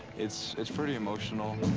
it's it's pretty emotional.